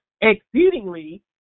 Exceedingly